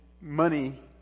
money